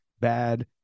bad